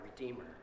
Redeemer